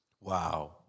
wow